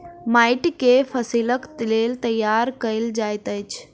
माइट के फसीलक लेल तैयार कएल जाइत अछि